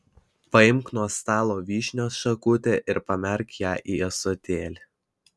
paimk nuo stalo vyšnios šakutę ir pamerk ją į ąsotėlį